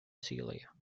celia